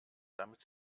damit